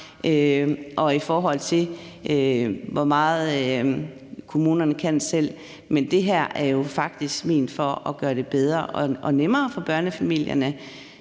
også i forhold til hvor meget kommunerne selv kan gøre, men det her er jo faktisk ment sådan, at det skal gøre det bedre og nemmere for børnefamilierne,